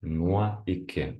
nuo iki